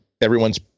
everyone's